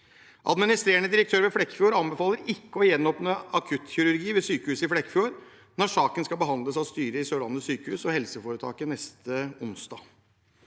Administrerende direktør ved Sørlandet sykehus anbefaler ikke å gjenåpne akuttkirurgi ved sykehuset i Flekkefjord når saken skal behandles av styret i Sørlandet sykehus HF neste onsdag.